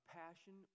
passion